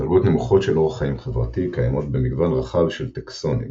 דרגות נמוכות של אורח חיים חברתי קיימות במגוון רחב של טקסונים,